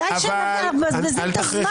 אנחנו מבזבזים את הזמן על תבשיל רקוב.